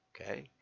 Okay